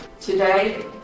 Today